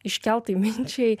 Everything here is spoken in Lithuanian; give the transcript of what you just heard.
iškeltai minčiai